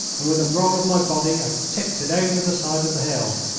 and with a roll of my body i tipped it over the side of the hill.